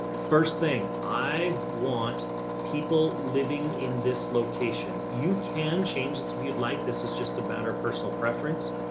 first thing i want people living in this location. you can change this. if you'd like, this is just a better personal preference